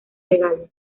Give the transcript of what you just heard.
regalo